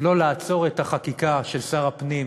לא לעצור את החקיקה של שר הפנים